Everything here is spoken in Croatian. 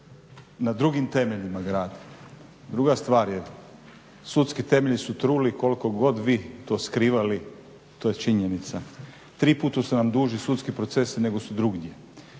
na drugim temeljima gradi. Druga stvar je, sudski temelji su truli koliko god vi to skrivali, to je činjenica. Tri puta su vam duži sudski procesi nego su drugdje.